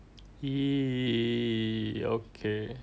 !ee! okay